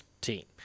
team